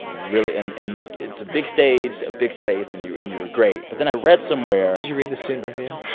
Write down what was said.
really and and, like, it's a big stage, a big space, and you and you were great. but then i read somewhere. did you read the student review?